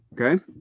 Okay